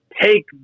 take